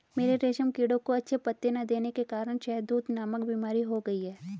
मेरे रेशम कीड़ों को अच्छे पत्ते ना देने के कारण शहदूत नामक बीमारी हो गई है